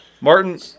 Martin